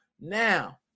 Now